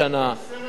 אין סרט כזה.